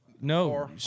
No